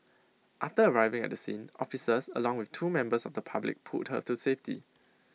after arriving at the scene officers along with two members of the public pulled her to safety